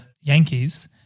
Yankees